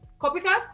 copycats